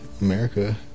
America